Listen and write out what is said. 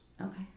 Okay